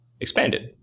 expanded